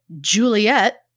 Juliet